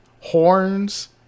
Horns